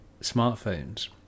smartphones